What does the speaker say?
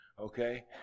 okay